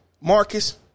Marcus